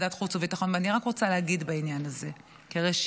אני רק רוצה להגיד בעניין הזה כראשית,